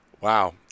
Wow